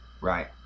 Right